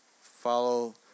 follow